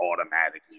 automatically